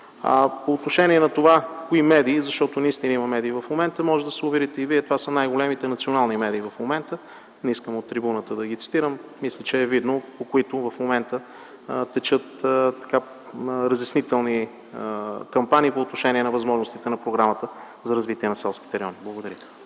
По отношение на това кои медии, защото наистина има медии – можете да се убедите, това са най-големите национални медии в момента, не искам от трибуната да ги цитирам - мисля, че е видно, по които в момента текат разяснителни кампании за възможностите на Програмата за развитие на селските райони. Благодаря.